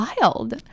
wild